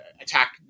attack